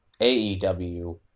AEW